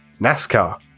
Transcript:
nascar